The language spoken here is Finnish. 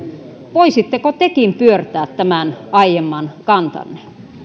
voisitteko tekin pyörtää tämän aiemman kantanne